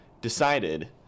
decided